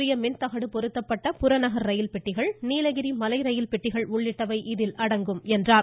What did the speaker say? சூரிய மின் தகடு பொருத்தப்பட்ட புறநகர் ரயில்பெட்டிகள் நீலகிரி மலை ரயில் பெட்டிகள் உள்ளிட்டவை இதில் அடங்கும் என அவர் கூறினார்